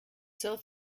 self